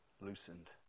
loosened